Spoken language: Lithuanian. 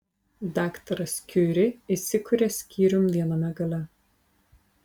daktaras kiuri įsikuria skyrium viename gale